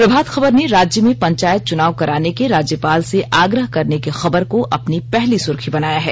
प्रभात खबर ने राज्य में पंचायत चुनाव कराने के राज्यपाल से आग्रह करने की खबर को अपनी पहली सुर्खी बनाया है